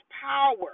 power